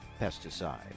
pesticide